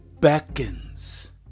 beckons